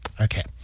Okay